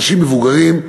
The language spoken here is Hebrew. אנשים מבוגרים,